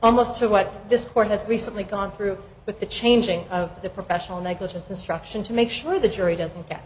almost to what this court has recently gone through with the changing of the professional negligence instruction to make sure the jury doesn't get